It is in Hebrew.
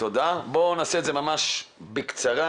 נעשה את זה ממש בקצרה.